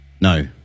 No